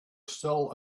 still